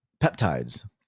Peptides